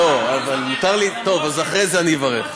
לא, אבל מותר לי, טוב, אז אחרי זה אני אברך.